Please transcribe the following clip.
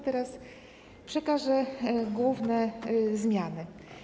Teraz przekażę główne zmiany.